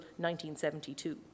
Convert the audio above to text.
1972